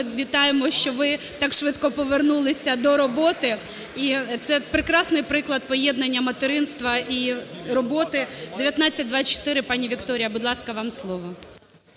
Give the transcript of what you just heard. вітаємо, що ви так швидко повернулися до роботи, і це прекрасний приклад поєднання материнства і роботи. 1924. Пані Вікторія, будь ласка, вам слово.